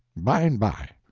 by and by.